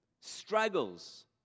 struggles